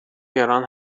گران